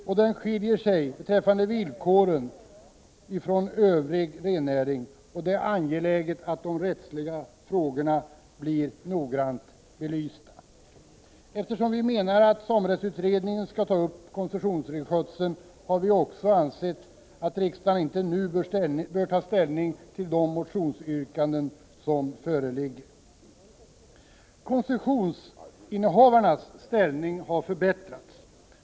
Villkoren skiljer sig från övrig rennäring, och det är angeläget att de rättsliga frågorna blir noggrant belysta. Etersom vi menar att samerättsutredningen skall ta upp koncessionsrenskötseln har vi också ansett att riksdagen inte nu bör ta ställning till de motionsyrkanden som föreligger. Koncessionsinnehavarnas ställning har förbättrats.